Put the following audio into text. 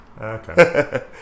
Okay